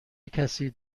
کسی